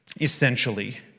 essentially